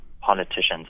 politicians